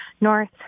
north